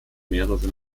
mehrere